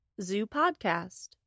ZooPodcast